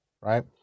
right